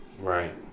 Right